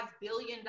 billion